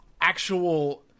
actual